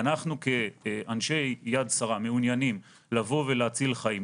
שהם כאנשי יד שרה מעוניינים לבוא ולהיות כוננים ולהציל חיים,